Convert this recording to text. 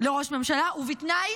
לראש ממשלה, ובתנאי